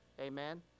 Amen